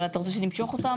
אתה רוצה שנמשוך אותן?